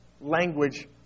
language